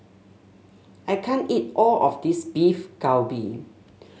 I can't eat all of this Beef Galbi